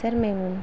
sir మేము